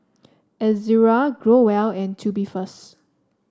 Ezerra Growell and Tubifast